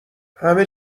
همه